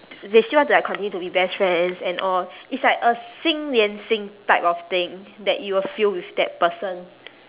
they still want to like continue to be best friends and all it's like a 心连心 type of thing that you will feel with that person